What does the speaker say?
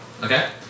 Okay